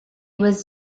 was